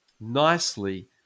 nicely